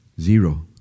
Zero